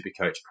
supercoach